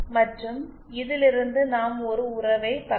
மற்றும் இதிலிருந்து நாம் ஒரு உறவைப் பெறலாம்